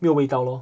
没有味道 lor